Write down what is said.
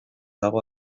dago